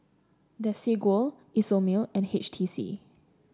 Desigual Isomil and H T C